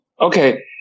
Okay